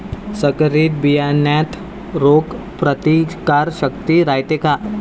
संकरित बियान्यात रोग प्रतिकारशक्ती रायते का?